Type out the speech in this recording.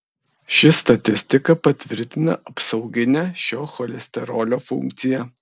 ši statistika patvirtina apsauginę šio cholesterolio funkciją